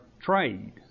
trade